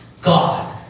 God